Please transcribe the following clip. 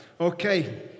Okay